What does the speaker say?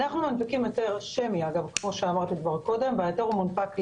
אנחנו מנפיקים היתר שמי והוא מונפק לעובד.